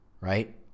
right